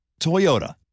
Toyota